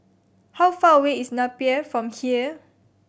how far away is Napier from here